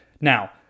Now